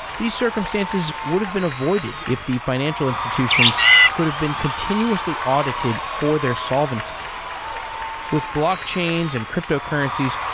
the circumstances would've been avoided if the financial institutions could've been continuously audited for their solvency with blockchains and cryptocurrencies,